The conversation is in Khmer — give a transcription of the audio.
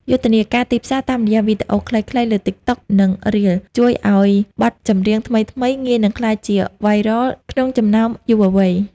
យុទ្ធនាការទីផ្សារតាមរយៈវីដេអូខ្លីៗលើ TikTok និង Reels ជួយឱ្យបទចម្រៀងថ្មីៗងាយនឹងក្លាយជា "Viral" ក្នុងចំណោមយុវវ័យ។